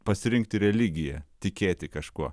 pasirinkti religiją tikėti kažkuo